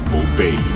obey